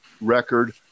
record